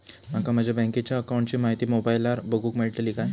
माका माझ्या बँकेच्या अकाऊंटची माहिती मोबाईलार बगुक मेळतली काय?